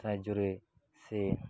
ସାହାଯ୍ୟରେ ସେ